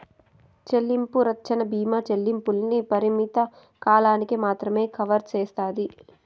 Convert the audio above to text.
చెల్లింపు రచ్చన బీమా చెల్లింపుల్ని పరిమిత కాలానికి మాత్రమే కవర్ సేస్తాది